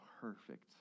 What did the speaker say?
perfect